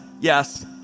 yes